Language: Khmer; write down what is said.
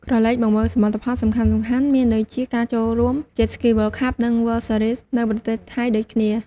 ក្រឡេកមកមើលសមិទ្ធផលសំខាន់ៗមានដូចជាការចូលរួម Jet Ski World Cup និង World Series នៅប្រទេសថៃដូចគ្នា។